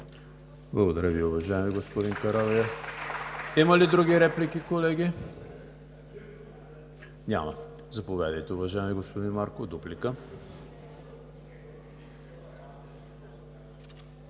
Благодаря Ви, уважаеми господин Карадайъ. Има ли други реплики, колеги? Няма. Заповядайте, уважаеми господин Марков – дуплика.